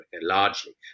largely